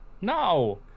No